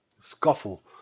scuffle